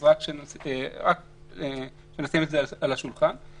רק שנשים את זה על השולחן.